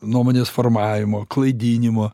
nuomonės formavimo klaidinimo